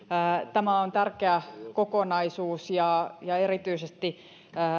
tämä on tärkeä kokonaisuus erityisesti